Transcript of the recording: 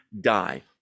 die